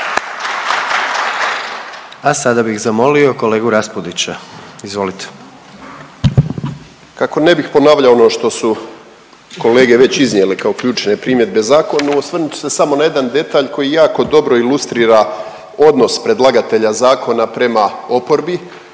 A sada bih zamolio kolegu Raspudića, izvolite. **Raspudić, Nino (MOST)** Kako ne bih ponavljao ono što su kolege već iznijele kao ključne primjedbe zakonu osvrnut ću se samo na jedan detalj koji jako dobro ilustrira odnos predlagatelja zakona prema oporbi,